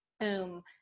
boom